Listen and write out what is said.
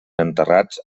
enterrats